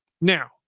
Now